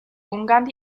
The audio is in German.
ungarn